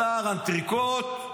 בשר אנטריקוט,